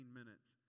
minutes